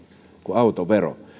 kuin autovero